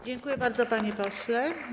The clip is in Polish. Dziękuję bardzo, panie pośle.